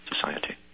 society